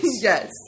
Yes